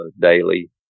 daily